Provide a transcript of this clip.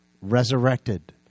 resurrected